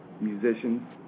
musicians